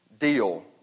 deal